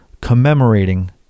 commemorating